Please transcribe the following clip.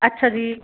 ਅੱਛਾ ਜੀ